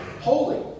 holy